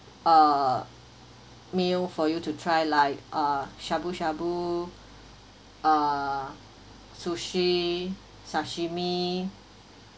uh meal for you to try like uh shabu shabu uh sushi sashimi